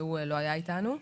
שהוא לא היה אתנו,